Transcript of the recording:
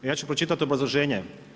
A ja ću pročitati obrazloženje.